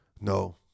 No